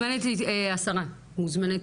לא, לפי החוזר, אם יש חשד, או המתלוננת